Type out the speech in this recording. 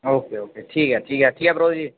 okay okay ठीक ऐ ठीक ठीक परोह्त जी